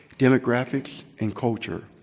demographics, and culture.